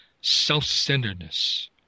self-centeredness